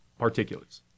particulates